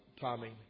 Tommy